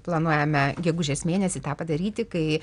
planuojame gegužės mėnesį tą padaryti kai